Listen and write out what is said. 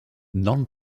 non